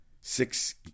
six